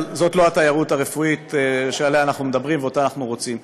אבל זאת לא התיירות הרפואית שעליה אנחנו מדברים ואותה אנחנו רוצים.